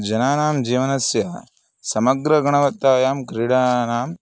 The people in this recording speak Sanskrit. जनानां जीवनस्य समग्र गुणवत्तायां क्रीडानाम्